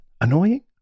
annoying